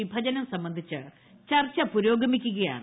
വിഭജനം സംബന്ധിച്ച് ചർച്ച പുരോഗമിക്കുകയാണ്